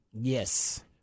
Yes